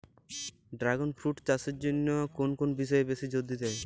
Dragon fruit চাষের জন্য কোন কোন বিষয়ে বেশি জোর দিতে হয়?